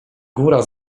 góra